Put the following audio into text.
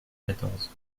quatorze